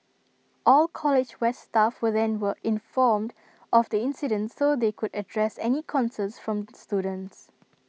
all college west staff were then were informed of the incident so they could address any concerns from students